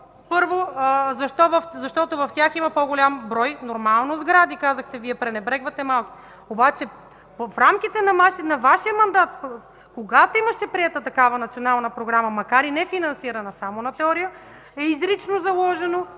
Първо, защото в тях има по-голям брой нормални сгради, казахте Вие, пренебрегваме малките. Обаче в рамките на Вашия мандат, когато имаше приета такава Национална програма, макар и нефинансирана, само на теория, е изрично заложено,